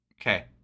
Okay